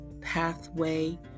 pathway